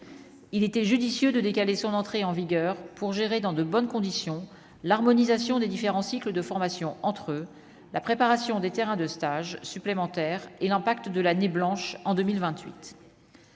il était judicieux de décaler son entrée en vigueur, pour gérer dans de bonnes conditions, l'harmonisation des différents cycles de formation entre la préparation des terrains de stage supplémentaires et l'impact de l'année blanche en 2028.